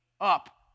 up